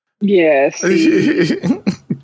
Yes